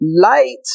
light